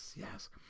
yes